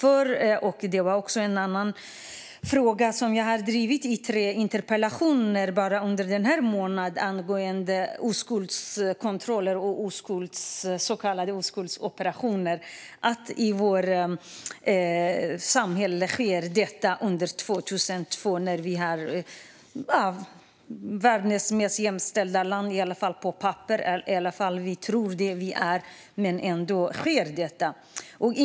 En annan fråga, som jag har drivit i tre interpellationer bara under denna månad, gäller oskuldskontroller och så kallade oskuldsoperationer. Vi är världens mest jämställda land, i alla fall på papperet och enligt vad vi tror, men ändå sker detta år 2020.